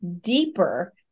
deeper